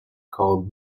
called